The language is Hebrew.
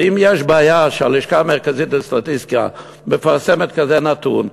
ואם יש בעיה שהלשכה המרכזית לסטטיסטיקה מפרסמת כזה נתון,